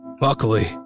Luckily